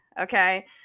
Okay